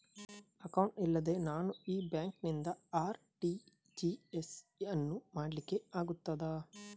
Account ಇಲ್ಲದೆ ನಾನು ಈ ಬ್ಯಾಂಕ್ ನಿಂದ ಆರ್.ಟಿ.ಜಿ.ಎಸ್ ಯನ್ನು ಮಾಡ್ಲಿಕೆ ಆಗುತ್ತದ?